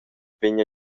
vegn